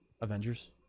avengers